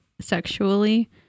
sexually